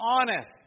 honest